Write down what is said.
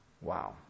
wow